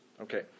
Okay